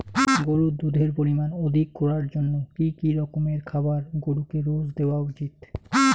গরুর দুধের পরিমান অধিক করার জন্য কি কি রকমের খাবার গরুকে রোজ দেওয়া উচিৎ?